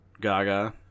gaga